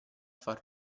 far